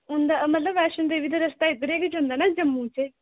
उंदा मतलब वैश्णों देवी दा रस्ता इद्धरै गै जंदा ना जम्मू चा